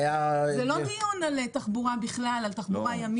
זה לא דיון על תחבורה באופן כללי,